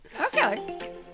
Okay